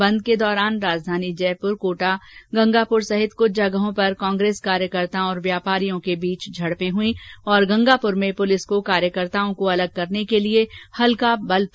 बंद के दौरान राजधानी जयपुर कोटा गंगापुर सहित कुछ जगह पर कांग्रेस कार्यकर्ताओं और व्यापारियों के बीच झडपें हुई और गंगापुर में तो पुलिस को कार्यकर्ताओं को अलग करने के लिये हल्का बल प्रयोग करना पडा